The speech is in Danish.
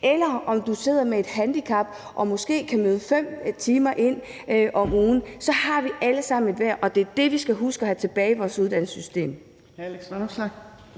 eller uanset om du har et handicap og måske kan møde ind 5 timer om ugen, så har vi alle sammen et værd, og det er det, vi skal huske at have tilbage i vores uddannelsessystem.